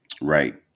Right